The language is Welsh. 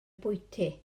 bwyty